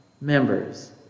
members